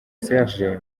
serge